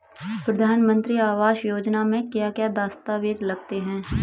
प्रधानमंत्री आवास योजना में क्या क्या दस्तावेज लगते हैं?